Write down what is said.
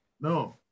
no